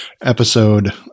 episode